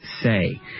say